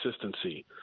consistency